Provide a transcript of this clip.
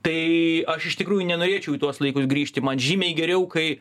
tai aš iš tikrųjų nenorėčiau į tuos laikus grįžti man žymiai geriau kai